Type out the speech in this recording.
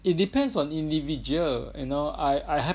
it depends on individual you know I I